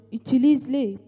utilise-les